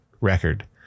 Record